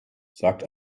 sagt